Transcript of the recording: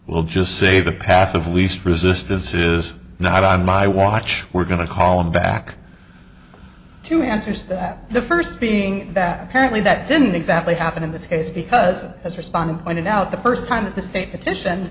will just say the path of least resistance is now i my watch we're going to call him back to answers that the first being bad parenting that didn't exactly happen in this case because as respondent pointed out the first time that the state addition